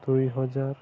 ଦୁଇ ହଜାର